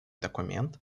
документ